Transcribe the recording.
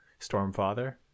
Stormfather